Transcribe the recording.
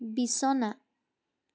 বিছনা